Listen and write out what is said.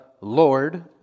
Lord